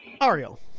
Ariel